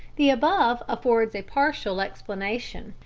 the above affords a partial explanation,